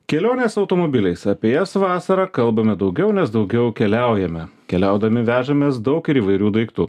kelionės automobiliais apie jas vasarą kalbame daugiau nes daugiau keliaujame keliaudami vežamės daug ir įvairių daiktų